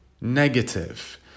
negative